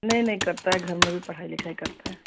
नहीं नहीं करता है घर में भी पढ़ाई लिखाई करता है